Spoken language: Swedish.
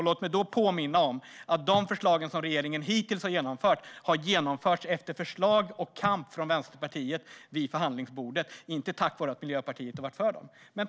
Låt mig då påminna om att de förslag som regeringen hittills har genomfört har genomförts efter förslag och kamp från Vänsterpartiet vid förhandlingsbordet, inte tack vare att Miljöpartiet har varit för dem.